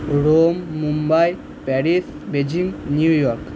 Rome Mumbai Paris Beijing New York